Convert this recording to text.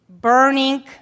burning